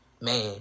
man